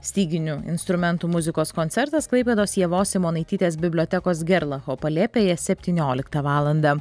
styginių instrumentų muzikos koncertas klaipėdos ievos simonaitytės bibliotekos gerlacho palėpėje septynioliktą valandą